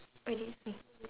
oh did you